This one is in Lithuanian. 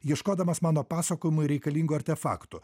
ieškodamas mano pasakojimui reikalingų artefaktų